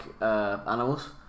animals